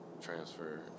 transfer